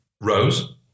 Rose